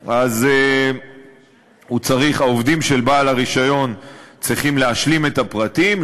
אז העובדים של בעל הרישיון צריכים להשלים אותם,